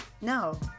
No